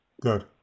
Good